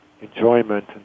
enjoyment